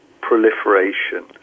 proliferation